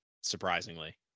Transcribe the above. surprisingly